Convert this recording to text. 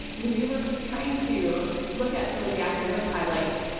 we were trying to look at some of the academic highlights.